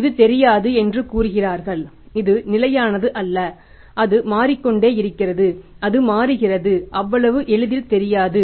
இது தெரியாது என்று கூறுகிறார்கள் இது நிலையானது அல்ல அது மாறிக்கொண்டிருக்கிறது அது மாறுகிறது அவ்வளவு எளிதில் தெரியாது